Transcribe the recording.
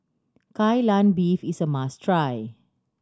Kai Lan Beef is a must try